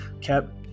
kept